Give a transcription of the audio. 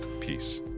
peace